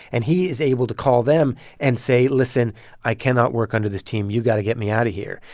and he is able to call them and say, listen i cannot work under this team you've got to get me out of here.